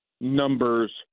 numbers